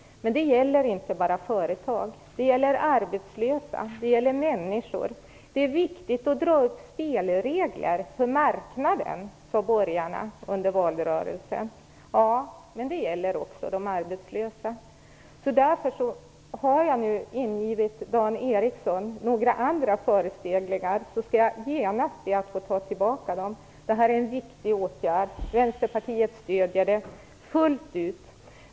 Men det gäller inte bara företag. Det gäller arbetslösa, det gäller människor. Det är viktigt att dra upp spelregler för marknaden, sade borgarna under valrörelsen. Ja, men det gäller också för de arbetslösa. Har jag ingivit Dan Ericsson några andra förespeglingar, skall jag genast be att få ta tillbaka dem. Detta är en angelägen åtgärd som Vänsterpartiet stöder fullt ut.